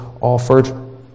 offered